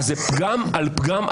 זה פגם על פגם,